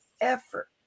effort